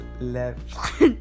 left